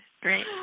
Great